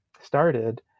started